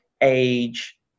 age